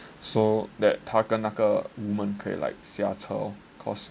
so that 跟那个 women 可以 like 下车 cause